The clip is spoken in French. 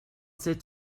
sept